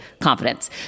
confidence